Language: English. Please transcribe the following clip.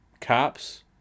Cops